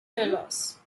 toulouse